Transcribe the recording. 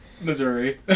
Missouri